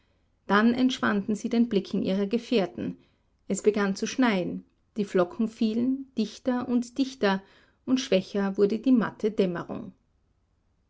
dann entschwanden sie den blicken ihrer gefährten es begann zu schneien die flocken fielen dichter und dichter und schwächer wurde die matte dämmerung